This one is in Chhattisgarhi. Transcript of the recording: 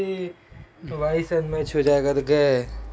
कइसे बेटा मनोहर हमर पारा के हाल ल देखत हस